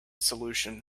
solution